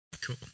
Cool